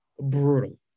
brutal